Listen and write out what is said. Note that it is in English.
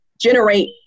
generate